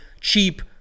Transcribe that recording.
cheap